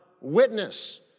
witness